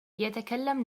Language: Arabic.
يتكلم